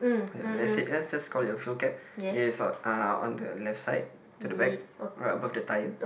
ya let's say let's just call it a fuel cap it is uh on the left side to the back right above the tyre